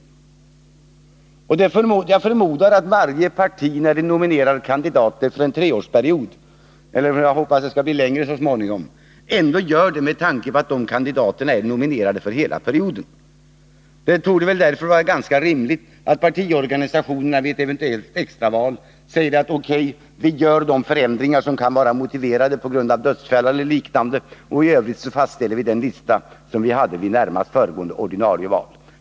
Jag förmodar att varje parti, när det 1 juni 1981 nominerar kandidater för en treårsperiod — jag hoppas att det skall bli längre perioder så småningom — ändå gör det med tanke på att dessa kandidater är nominerade för hela perioden. Det torde väl därför vara ganska rimligt att partiorganisationerna vid ett eventuellt extraval säger: O. K., vi gör de förändringar som kan vara motiverade på grund av dödsfall osv., och i övrigt fastställer vi den lista som vi hade vid närmast föregående ordinarie val.